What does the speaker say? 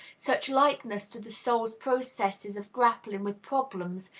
such likeness to the soul's processes of grappling with problems,